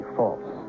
false